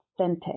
authentic